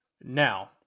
Now